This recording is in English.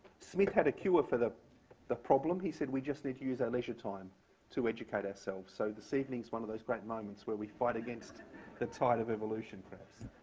smith had a cure for the the problem. he said we just need to use our leisure time to educate ourselves. so this evening's one of those moments where we fight against the tide of evolution perhaps.